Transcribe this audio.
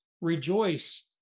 rejoice